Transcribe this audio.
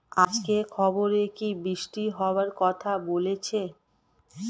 আজকের খবরে কি বৃষ্টি হওয়ায় কথা বলেছে?